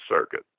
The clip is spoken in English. circuit